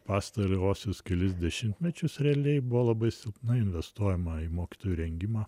pastaruosius kelis dešimtmečius realiai buvo labai silpnai investuojama į mokytojų rengimą